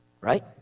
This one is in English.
right